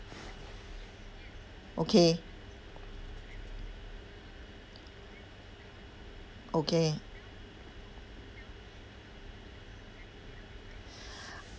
okay okay